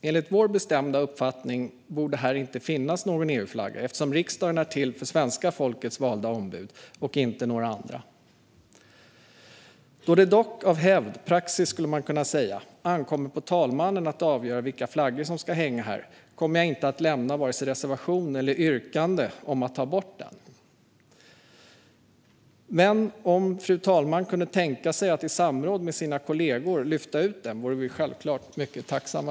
Enligt vår bestämda uppfattning borde här inte finnas någon EU-flagga eftersom riksdagen är till för svenska folkets valda ombud, inte några andra. Då det dock av hävd - praxis skulle man kunna säga - ankommer på talmannen att avgöra vilka flaggor som ska hänga här kommer jag inte att reservera mig för eller yrka bifall till att ta bort EU-flaggan. Men om fru talman kan tänka sig att i samråd med sina kollegor lyfta ut den vore vi självklart mycket tacksamma.